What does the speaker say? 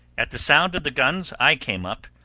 at the sound of the guns i came up,